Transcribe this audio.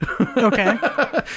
okay